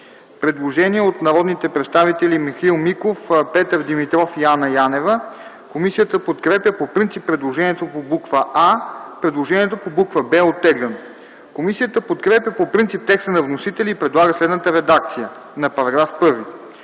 Предложение от народните представители Михаил Миков, Петър Димитров и Ана Янева. Комисията подкрепя по принцип предложението по буква „а”, предложението по буква „б” е оттеглено. Комисията подкрепя по принцип текста на вносителя и предлага следната редакция за § 1: „§ 1.